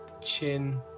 Chin